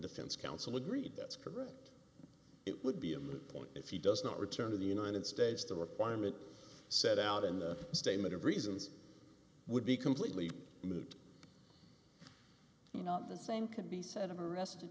defense counsel agreed that's correct it would be a moot point if he does not return to the united states the requirement set out in the statement of reasons would be completely moot you know the same can be said of a re